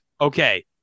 Okay